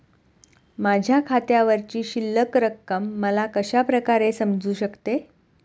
माझ्या खात्यावरची शिल्लक रक्कम मला कशा प्रकारे समजू शकते?